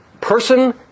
person